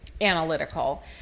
analytical